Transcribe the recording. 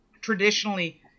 traditionally